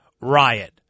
riot